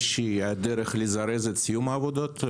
איזו שהיא דרך לזרז את סיום העבודות?